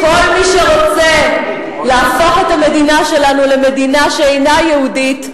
כל מי שרוצה להפוך את המדינה שלנו למדינה שאינה יהודית,